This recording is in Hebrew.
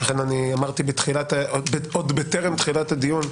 לכן אמרתי עוד בטרם תחילת הדיון,